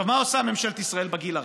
מה עושה ממשלת ישראל בגיל הרך?